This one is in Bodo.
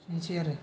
बिनोसै आरो